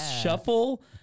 Shuffle